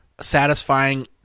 satisfying